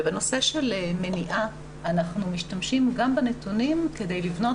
בנושא של מניעה אנחנו משתמשים גם בנתונים כדי לבנות